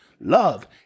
Love